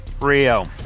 Rio